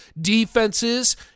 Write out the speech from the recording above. defenses